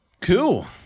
Cool